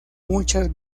muchas